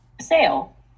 sale